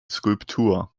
skulptur